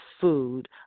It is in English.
food